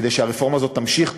הוא שהרפורמה הזאת תמשיך,